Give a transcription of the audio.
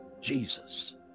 Jesus